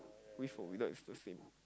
with or without it's the same